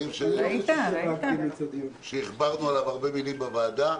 נושא שהכברנו עליו הרבה מלים בוועדה.